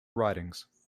writings